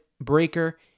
Breaker